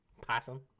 Possum